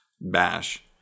Bash